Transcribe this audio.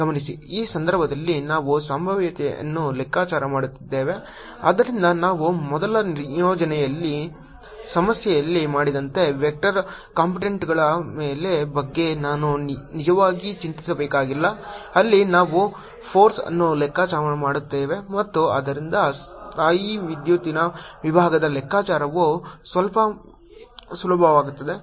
ಗಮನಿಸಿ ಈ ಸಂದರ್ಭದಲ್ಲಿ ನಾವು ಸಂಭಾವ್ಯತೆಯನ್ನು ಲೆಕ್ಕಾಚಾರ ಮಾಡುತ್ತೇವೆ ಆದ್ದರಿಂದ ನಾವು ಮೊದಲ ನಿಯೋಜನೆಯಲ್ಲಿನ ಸಮಸ್ಯೆಯಲ್ಲಿ ಮಾಡಿದಂತೆ ವೆಕ್ಟರ್ ಕಂಪೋನೆಂಟ್ಗಳ ಬಗ್ಗೆ ನಾನು ನಿಜವಾಗಿಯೂ ಚಿಂತಿಸಬೇಕಾಗಿಲ್ಲ ಅಲ್ಲಿ ನಾವು ಫೋರ್ಸ್ಅನ್ನು ಲೆಕ್ಕಾಚಾರ ಮಾಡುತ್ತೇವೆ ಮತ್ತು ಆದ್ದರಿಂದ ಸ್ಥಾಯೀವಿದ್ಯುತ್ತಿನ ವಿಭವದ ಲೆಕ್ಕಾಚಾರವು ಸ್ವಲ್ಪ ಸುಲಭವಾಗುತ್ತದೆ